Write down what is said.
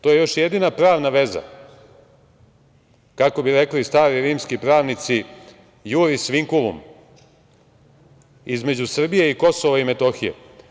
To je još jedina pravna veza, kako bi rekli stari rimski pravnici „iuris vinculum“ između Srbije i Kosova i Metohije.